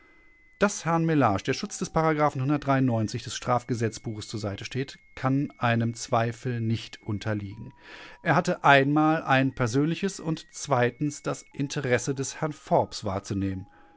daß herrn mellage der schutz des des strafgesetzbuches zur seite steht kann einem zweifel nicht unterliegen er hatte einmal ein persönliches und zweitens das interesse des herrn forbes wahrzunehmen